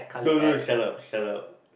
no no shut up shut up